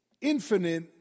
infinite